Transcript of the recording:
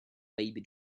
baby